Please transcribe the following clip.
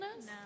No